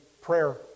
prayer